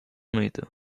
mıydı